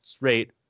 rate